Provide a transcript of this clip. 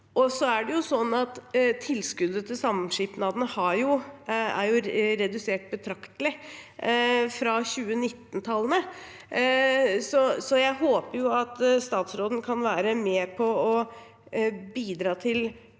Tilskuddet til samskipnadene er redusert betraktelig fra 2019-tallene, så jeg håper at statsråden kan være med på å bidra til